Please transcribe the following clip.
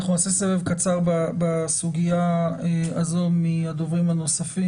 אנחנו נעשה סבב קצר בסוגיה הזאת בין הדוברים הנוספים.